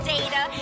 Data